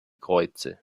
kreuze